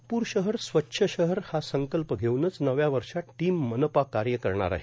नागपूर शहर स्वच्छ शहर हा संकल्प घेऊनच नव्या वषात टोम मनपा काय करणार आहे